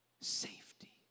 safety